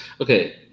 Okay